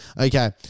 Okay